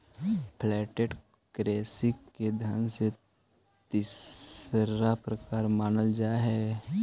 flat currency के धन के तीसरा प्रकार मानल जा हई